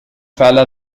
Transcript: فعل